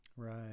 Right